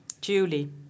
Julie